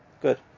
good